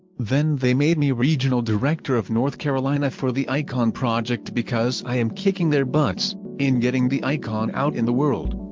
then they made me regional director of north carolina for the icon project because i am kicking their butts in getting the icon out in the world.